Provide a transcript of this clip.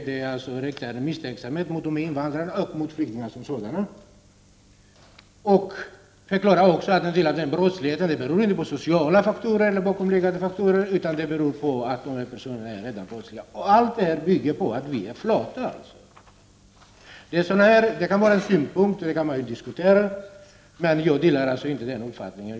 Det riktas alltså misstänksamhet mot invandrare och flyktingar som sådana. Det sades också att en del av denna brottslighet inte beror på sociala faktorer eller andra bakomliggande faktorer utan på att dessa personer redan är brottsligt belastade. Och allt detta beror på att vi i Sverige är flata. Sådana synpunkter kan man naturligtvis diskutera, men jag delar inte denna uppfattning.